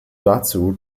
dazu